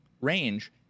range